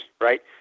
right